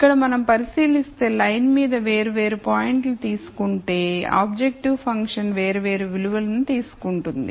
ఇక్కడ మనం పరిశీలిస్తే లైన్ మీద వేరు వేరు పాయింట్స్ తీసుకుంటేఆబ్జెక్టివ్ ఫంక్షన్ వేరు వేరు విలువలను తీసుకుంటుంది